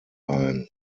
ein